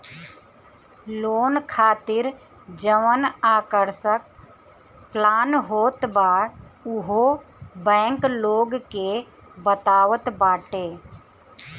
loan खातिर जवन आकर्षक प्लान होत बा उहो बैंक लोग के बतावत बाटे